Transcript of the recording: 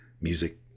Music